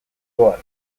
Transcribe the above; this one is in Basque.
doan